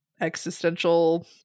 existential